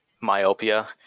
myopia